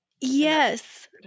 Yes